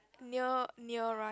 near near right